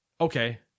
okay